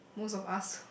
most of us